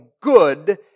Good